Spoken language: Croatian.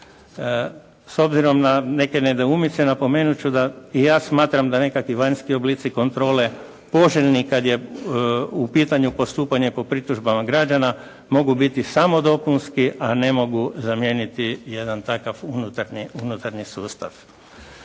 S obzirom na neke nedoumice napomenut ću da i ja smatram da nekakvi vanjski oblici kontrole poželjni kada je u pitanju postupanje po pritužbama građana mogu biti samo dopunski, a ne mogu zamijeniti jedan takav unutarnji sustav.